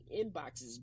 inboxes